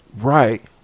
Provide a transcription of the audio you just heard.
Right